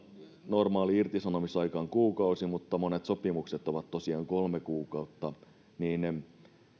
normaali irtisanomisaika on kuukausi mutta monet sopimukset ovat tosiaan kolme kuukautta